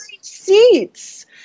seats